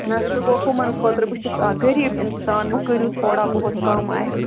نہَ سُہ گوٚو ہُمَن خٲطرٕ بہٕ چھَس اَکھ غریٖب اِنسان وۅنۍ کٔرِو تھوڑا بہت کَم اَسہِ